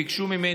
ביקשו ממני,